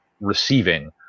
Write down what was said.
receiving